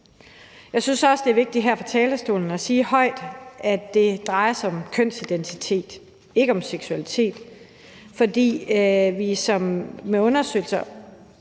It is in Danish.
Jeg synes også, det er vigtigt her fra talerstolen at sige højt, at det drejer sig om kønsidentitet, ikke om seksualitet. For ifølge undersøgelser